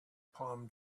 palm